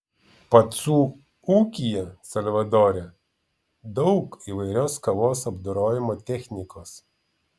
pacų ūkyje salvadore daug įvairios kavos apdorojimo technikos